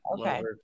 Okay